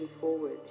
forward